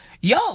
Yo